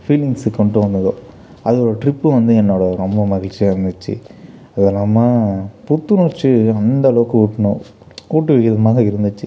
feelings கொண்டுட்டு வந்துது அது ஒரு ட்ரிப்பு வந்து என்னோட ரொம்ப மகிழ்ச்சியாக இருந்துச்சு அதுவும் இல்லாமல் புத்துணர்ச்சி அந்தளவுக்கு ஊட்டினோம் ஊக்குவிக்கும் விதமாக இருந்துச்சு